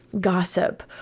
gossip